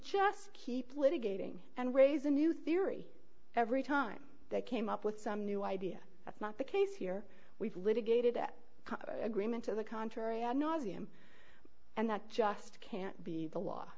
just keep litigating and raise a new theory every time they came up with some new idea that's not the case here we've litigated that agreement to the contrary i'm not him and that just can't be the law